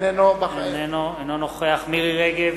אינו נוכח מירי רגב,